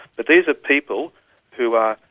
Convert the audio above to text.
but these are people who are,